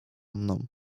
mną